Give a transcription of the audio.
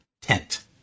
tent